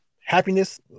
happiness